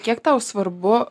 kiek tau svarbu